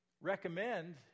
Recommend